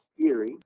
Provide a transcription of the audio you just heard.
theory